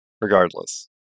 regardless